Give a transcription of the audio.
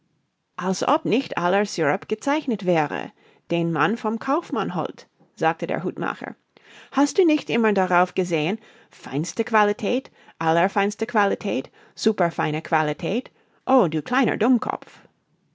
als ob nicht aller syrup gezeichnet wäre den man vom kaufmann holt sagte der hutmacher hast du nicht immer darauf gesehen feinste qualität allerfeinste qualität superfeine qualität oh du kleiner dummkopf